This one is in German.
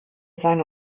seine